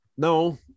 no